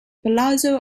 palazzo